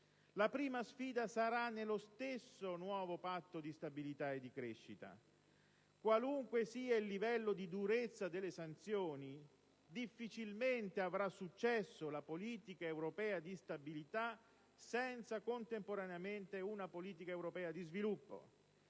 La prima sfida sarà nello stesso nuovo Patto di stabilità e di crescita. Qualunque sia il livello di durezza delle sanzioni, difficilmente avrà successo la politica europea di stabilità senza contemporaneamente una politica europea di sviluppo.